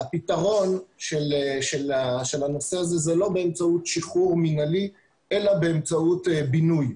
הפתרון של הנושא הזה הוא לא באמצעות שחרור מינהלי אלא באמצעות בינוי.